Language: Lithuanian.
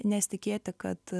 nesitikėti kad